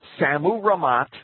Samu-Ramat